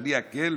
שאני האל,